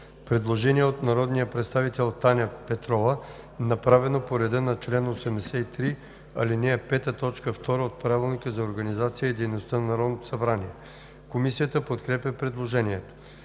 предложение от народния представител Таня Петрова, направено по реда на чл. 83, ал. 5, т. 2 от Правилника за организацията и дейността на Народното събрание. Комисията подкрепя предложението.